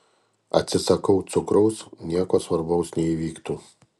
atsisakau cukraus nieko svarbaus neįvyktų